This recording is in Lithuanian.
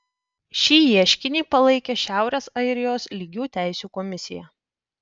šį ieškinį palaikė šiaurės airijos lygių teisių komisija